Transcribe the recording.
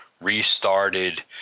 restarted